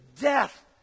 death